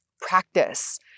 practice